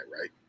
right